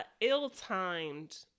ill-timed